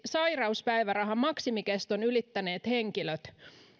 sairauspäivärahan maksimikeston ylittäneet henkilöt